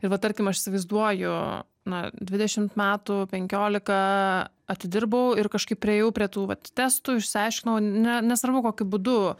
ir va tarkim aš įsivaizduoju na dvidešimt metų penkiolika atidirbau ir kažkaip priėjau prie tų vat testų išsiaiškinau ne nesvarbu kokiu būdu